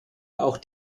auch